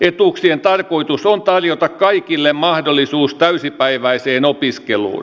etuuksien tarkoitus on tarjota kaikille mahdollisuus täysipäiväiseen opiskeluun